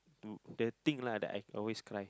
to the thing lah that I always cry